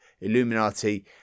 Illuminati